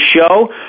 show